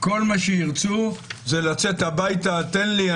כל מה שירצו זה לצאת הביתה: תן לי,